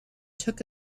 took